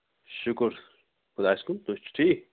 شُکُر خۄدایس کُن تُہۍ چھُو ٹھیٖک